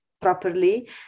properly